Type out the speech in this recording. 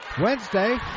Wednesday